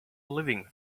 living